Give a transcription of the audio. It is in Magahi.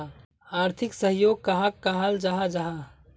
आर्थिक सहयोग कहाक कहाल जाहा जाहा?